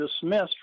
dismissed